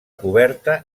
coberta